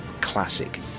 classic